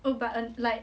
oh but and like